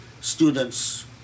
students